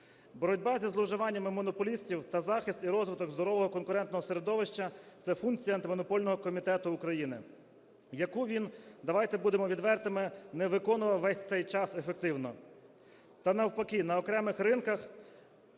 Боротьба зі зловживаннями монополістів та захист і розвиток здорового конкурентного середовища – це функції Антимонопольного комітету України, які він, давайте будемо відвертими, не виконував весь цей час ефективно. Та навпаки на окремих ринках